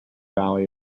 valley